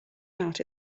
about